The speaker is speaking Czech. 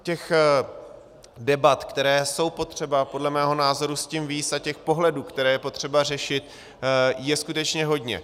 Těch debat, které jsou potřeba podle mého názoru s tím vést, a těch pohledů, které je potřeba řešit, je skutečně hodně.